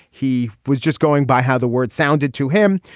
he was just going by how the words sounded to him.